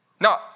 Now